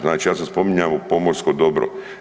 Znači ja sam spominjao pomorsko dobro.